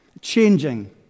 changing